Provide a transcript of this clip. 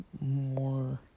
more